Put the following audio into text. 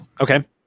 Okay